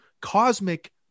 cosmic